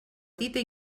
dita